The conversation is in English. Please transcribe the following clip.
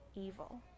evil